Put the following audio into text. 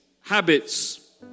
habits